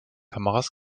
kameras